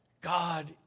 God